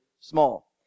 small